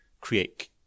create